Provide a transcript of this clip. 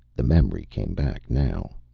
the memory came back now.